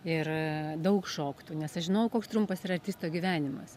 ir daug šoktų nes aš žinojau koks trumpas yra artisto gyvenimas